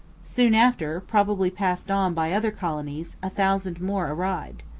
soon after, probably passed on by other colonies, a thousand more arrived.